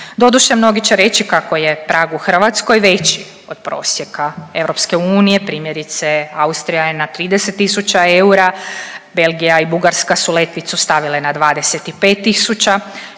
Doduše mnogi će reći kako je prag u Hrvatskoj veći od prosjeka EU, primjerice Austrija je na 30 tisuća eura, Belgija i Bugarska su letvicu stavile na 25